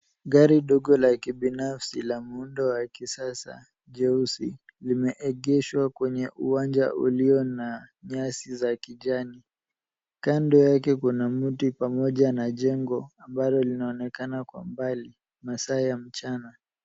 Gari dogo la kibinafsi la muundo wa kisasa, jeusi, limeegeshwa kwenye uwanja ulio na nyasi za kijani. Kando yake kuna mti pamoja na jengo ambalo linaonekana kwa mbali, masaa ya mchana.